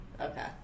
Okay